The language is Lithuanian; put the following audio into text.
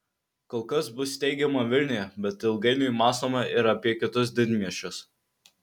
kol kas bus steigiama vilniuje bet ilgainiui mąstoma ir apie kitus didmiesčius